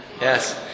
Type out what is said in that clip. Yes